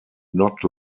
not